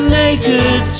naked